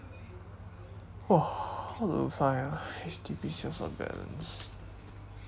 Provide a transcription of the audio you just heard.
!wah! how to find ah H_D_B sales of balance